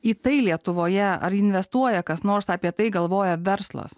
į tai lietuvoje ar investuoja kas nors apie tai galvoja verslas